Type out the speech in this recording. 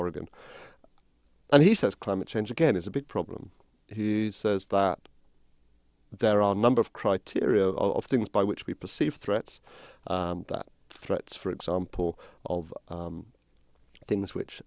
oregon and he says climate change again is a big problem he says that there are a number of criteria of things by which we perceive threats that threats for example of things which